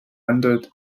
rendered